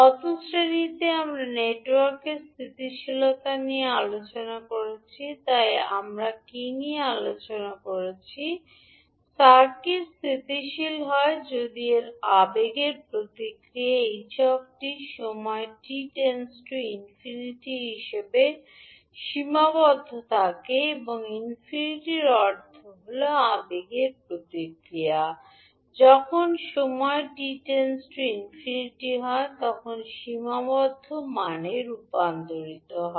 গত শ্রেণিতে আমরা নেটওয়ার্কের স্থিতিশীলতা নিয়ে আলোচনা করেছি তাই আমরা কী নিয়ে আলোচনা করেছি সার্কিট স্থিতিশীল হয় যদি এর আবেগের প্রতিক্রিয়া ℎ 𝑡 সময় t →∞ হিসাবে সীমাবদ্ধ থাকে ∞ এর অর্থ হল আবেগের প্রতিক্রিয়া যখন সময় t →∞ হয় তখন সীমাবদ্ধ মানে রূপান্তরিত হয়